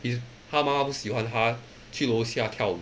his 他妈吗不喜欢他去楼下跳舞